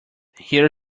here